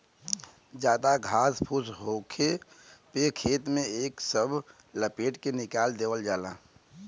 जादा घास फूस होले पे खेत में एके सब लपेट के निकाल देवल जाला